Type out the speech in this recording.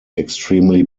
extremely